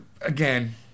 Again